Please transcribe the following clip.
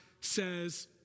says